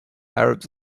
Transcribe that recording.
arabs